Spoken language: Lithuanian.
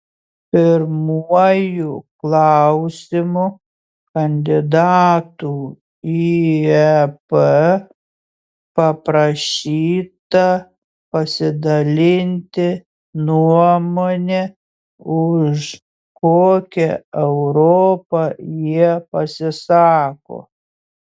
pirmuoju klausimu kandidatų į ep paprašyta pasidalinti nuomone už kokią europą jie pasisako